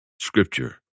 Scripture